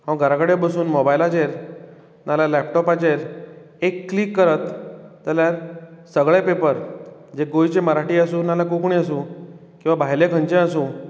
हांव घरा कडेन बसून मोबायलाचेर नाल्यार लॅपटॉपाचेर एक क्लीक करत जाल्यार सगळे पेपर जे गोंयचे मराठी आसूं नाल्यार कोंकणी आसूं किंवा भायले खंयचे आसूं